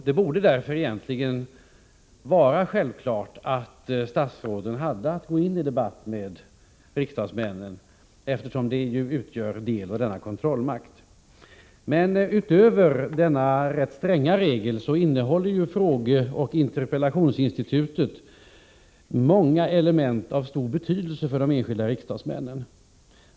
Det borde därför vara självklart att statsråden hade att gå in i debatt med riksdagsmännen. Därutöver innehåller frågeoch interpellationsinstitutet många element av stor betydelse för de enskilda riksdagsmännen.